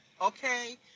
okay